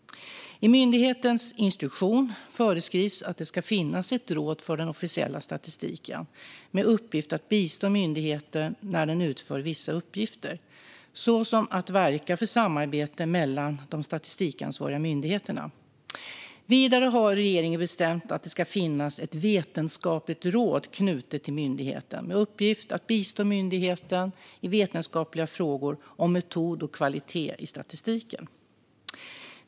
I myndighetens instruktion föreskrivs att det ska finnas ett råd för den officiella statistiken med uppgift att bistå myndigheten när den utför vissa uppgifter, såsom att verka för samarbete mellan de statistikansvariga myndigheterna. Vidare har regeringen bestämt att det ska finnas ett vetenskapligt råd knutet till myndigheten med uppgift att bistå myndigheten i vetenskapliga frågor om metod och kvalitet i statistiken.